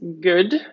good